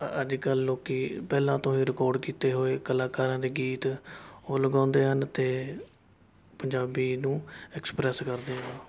ਅ ਅੱਜ ਕੱਲ੍ਹ ਲੋਕ ਪਹਿਲਾਂ ਤੋਂ ਹੀ ਰਿਕੋਡ ਕੀਤੇ ਹੋਏ ਕਲਾਕਾਰਾਂ ਦੇ ਗੀਤ ਉਹ ਲਗਾਉਂਦੇ ਹਨ ਅਤੇ ਪੰਜਾਬੀ ਨੂੰ ਐਕਸਪ੍ਰੈਸ ਕਰਦੇ ਹਨ